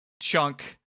chunk